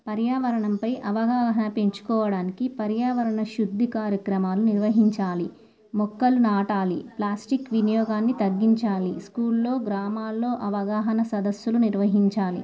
పర్యావరణంపై అవగాహన పెంచుకోవడానికి పర్యావరణ శుద్ధి కార్యక్రమాలు నిర్వహించాలి మొక్కలు నాటాలి ప్లాస్టిక్ వినియోగాన్ని తగ్గించాలి స్కూల్లో గ్రామాల్లో అవగాహన సదస్సులు నిర్వహించాలి